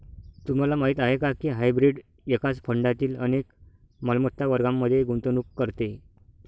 तुम्हाला माहीत आहे का की हायब्रीड एकाच फंडातील अनेक मालमत्ता वर्गांमध्ये गुंतवणूक करते?